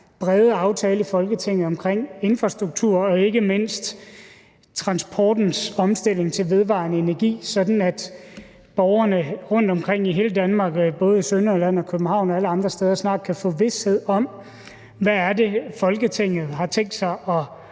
brede aftale i Folketinget om infrastruktur og ikke mindst transportens omstilling til vedvarende energi, sådan at borgerne rundtomkring i hele Danmark, både Sønderjylland og København og alle andre steder, snart kan få vished om, hvad det er, Folketinget har tænkt sig at